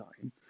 time